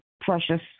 precious